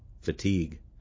fatigue